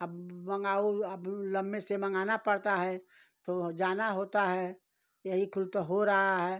अब मँगाओ अब लम्बे से मँगाना पड़ता है तो जाना होता है यही कुल तो हो रहा है